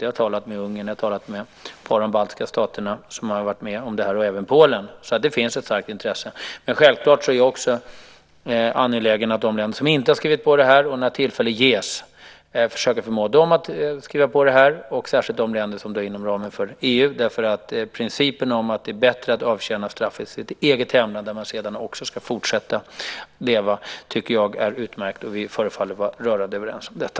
Jag har talat med Ungern, jag har talat med ett par av de baltiska staterna som har varit med om det här och även med Polen. Det finns alltså ett starkt intresse. Självfallet är jag också angelägen om de länder som inte har skrivit på och att när tillfälle ges försöka förmå dem att skriva på. Det gäller särskilt de länder som finns inom ramen för EU, för jag tycker att principen om att det är bättre att avtjäna straffet i sitt eget hemland där man sedan också ska fortsätta leva är utmärkt. Vi förefaller vara rörande överens om detta.